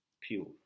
pure